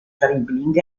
dribbling